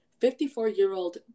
54-year-old